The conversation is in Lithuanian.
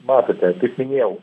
matote kaip minėjau